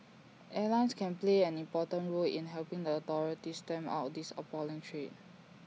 airlines can play an important role in helping the authorities stamp out this appalling trade